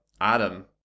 Adam